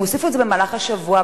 הם הוסיפו את זה במהלך השבוע,